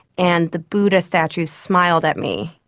and the buddha statue smiled at me,